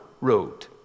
road